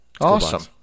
Awesome